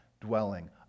dwelling